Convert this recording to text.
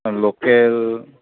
local